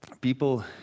people